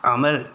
അമൽ